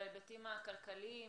בהיבטים הכלכליים,